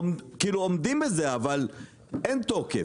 כאילו עומדים בזה אבל אין תוקף.